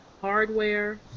hardware